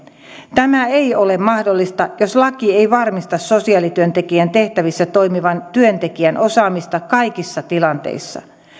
tämä ei ole mahdollista jos laki ei varmista sosiaalityöntekijän tehtävissä toimivan työntekijän osaamista kaikissa tilanteissa